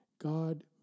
God